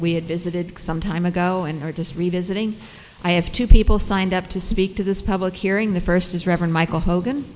we had visited some time ago and are just revisiting i have two people signed up to speak to this public hearing the first is reverend michael hogan